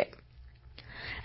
निलंबन